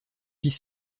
fils